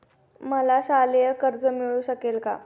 मला शालेय कर्ज मिळू शकते का?